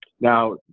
Now